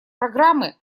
программы